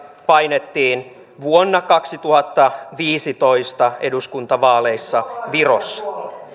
painettiin vuonna kaksituhattaviisitoista eduskuntavaaleissa virossa